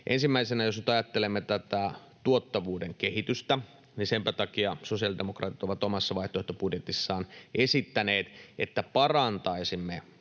Ensimmäisenä jos nyt ajattelemme tätä tuottavuuden kehitystä, niin juuri senpä takia sosiaalidemokraatit ovat omassa vaihtoehtobudjetissaan esittäneet, että parantaisimme